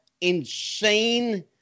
insane